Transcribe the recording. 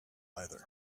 either